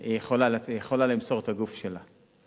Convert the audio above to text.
היא יכולה למסור את הגוף שלה.